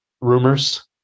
rumors